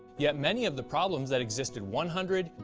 yet many of the problems that existed one hundred,